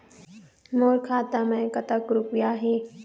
मोर खाता मैं कतक रुपया हे?